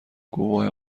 گواه